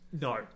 No